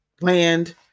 land